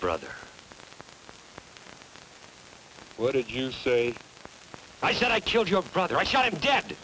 brother what did you say i said i killed your brother i shot him dad